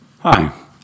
Hi